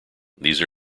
these